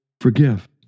forgive